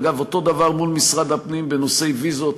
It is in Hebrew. אגב, אותו דבר מול משרד הפנים בנושאי ויזות.